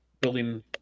building